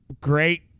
great